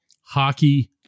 hockey